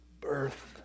birth